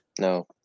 No